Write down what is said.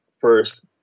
first